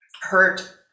hurt